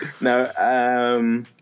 No